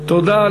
תודה.